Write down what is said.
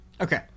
Okay